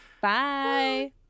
Bye